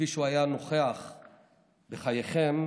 שכפי שהיה נוכח בחייכם,